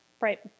right